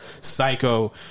psycho